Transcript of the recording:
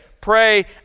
Pray